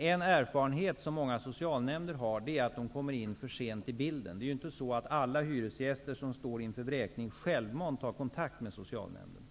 En erfarenhet som många socialnämnder har är att de kommer in för sent i bilden. Det är inte alla hyresgäster som står inför vräkning som självmant tar kontakt med socialnämnden.